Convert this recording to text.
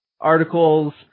articles